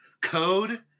code